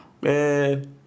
Man